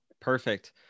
Perfect